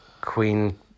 Queen